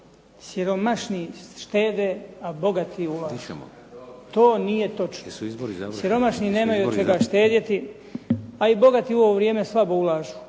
"Siromašniji štede, a bogati ulažu". To nije točno. Siromašni nemaju od čega štedjeti, a i bogati u ovo vrijeme slabo ulažu.